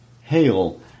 Hail